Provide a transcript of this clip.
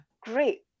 Great